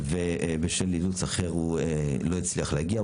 ובשל אילוצים אחרים הוא לא הצליח להגיע.